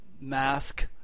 mask